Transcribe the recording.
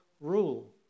rule